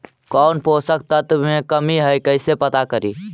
कौन पोषक तत्ब के कमी है कैसे पता करि?